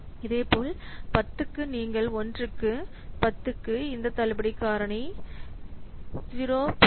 இதேபோல் 10 க்கு நீங்கள் 1 க்கு 10 க்கு இந்த தள்ளுபடி காரணி 0